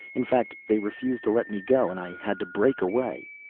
in fact, they refused to let me go and i had to break away.